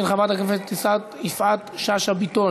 של חברת הכנסת יפעת שאשא ביטון.